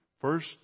First